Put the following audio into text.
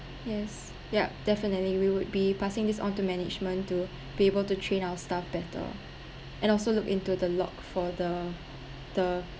yes yup definitely we would be passing this on to management to be able to train our staff better and also look into the log for the the